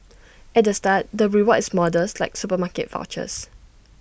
at the start the reward is modest like supermarket vouchers